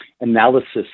analysis